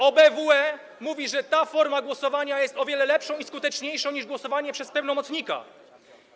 OBWE mówi, że ta forma głosowania jest o wiele lepsza i skuteczniejsza niż głosowanie przez pełnomocnika.